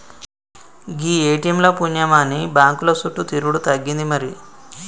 గీ ATM ల పుణ్యమాని బాంకుల సుట్టు తిరుగుడు తగ్గింది మరి